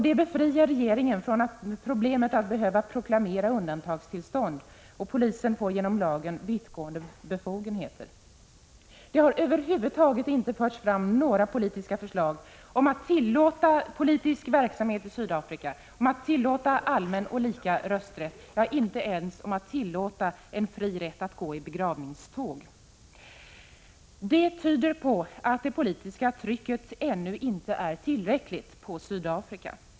Det befriar regeringen från problemet att behöva proklamera undantagstillstånd, och polisen får genom lagen vittgående befogenheter. Det har över huvud taget inte förts fram några förslag om att tillåta politisk verksamhet för icke-vita i Sydafrika, om att tillåta allmän och lika rösträtt — ja, inte ens om att tillåta en rätt för dessa människor att fritt gå i begravningståg. Det tyder på att det politiska trycket utifrån på Sydafrika ännu inte är tillräckligt.